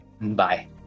Bye